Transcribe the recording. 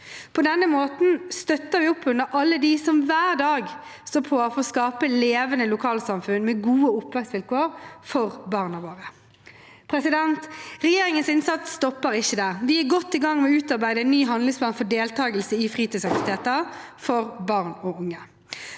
På denne måten støtter vi opp under alle dem som hver dag står på for å skape levende lokalsamfunn med gode oppvekstvilkår for barna våre. Regjeringens innsats stopper ikke der. Vi er godt i gang med å utarbeide en ny handlingsplan for deltakelse i fritidsaktiviteter for barn og unge.